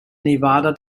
nevada